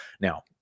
now